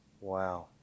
Wow